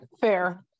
fair